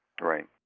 Right